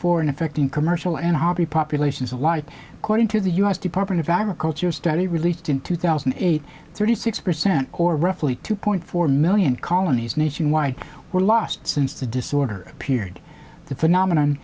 four and affecting commercial and hobby populations a lot of corn into the u s department of agriculture a study released in two thousand and eight thirty six percent or roughly two point four million colonies nationwide were lost since the disorder appeared the phenomenon